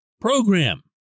program